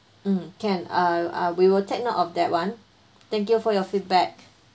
mm can I ah we will take note of that one thank you for your feedback